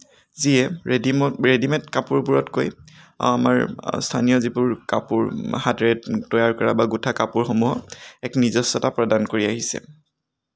যিয়ে readymade readymade কাপোৰবোৰতকৈ আমাৰ স্থানীয় যিবোৰ কাপোৰ হাতেৰে তৈয়াৰ কৰা বা গোঁঠা কাপোৰসমূহক এক নিজস্বতা প্ৰদান কৰি আহিছে